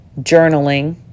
journaling